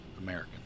American